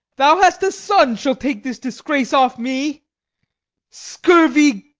thou hast a son shall take this disgrace off me scurvy,